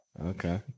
Okay